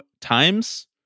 times